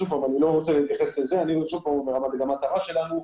אני שוב אומר שהמטרה שלנו,